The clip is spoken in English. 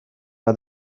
are